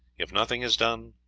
if nothing is done,